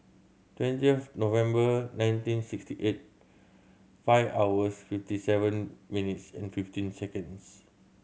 twenty of November nineteen sixty eight five hours fifty seven minutes and fifteen seconds